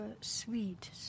sweet